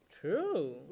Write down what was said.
True